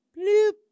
Bloop